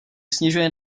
snižuje